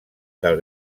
del